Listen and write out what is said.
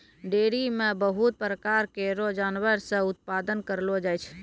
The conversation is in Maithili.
डेयरी म बहुत प्रकार केरो जानवर से उत्पादन करलो जाय छै